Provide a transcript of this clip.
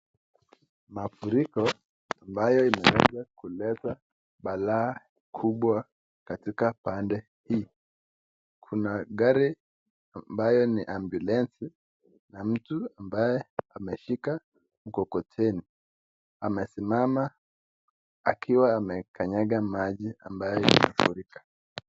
Mafuriko ambayo imeweza kuleta balaa kubwa katika pande hii. Kuna gari ambayo ni ambulensi na mtu ambaye ameshika mkokoteni amesimama akiwa amekanyaga maji ambayo imefurika.